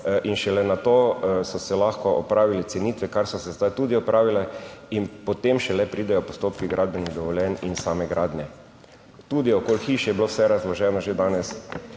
in šele nato so se lahko opravile cenitve, kar so se zdaj tudi opravile in potem šele pridejo postopki gradbenih dovoljenj in same gradnje. Tudi okoli hiše je bilo vse razloženo že danes.